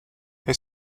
they